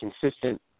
consistent –